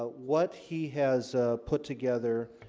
ah what he has put together?